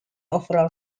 overall